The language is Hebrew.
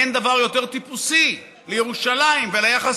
אין דבר יותר טיפוסי לירושלים וליחס